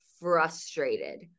frustrated